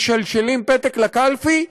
משלשלים פתק לקלפי,